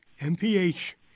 MPH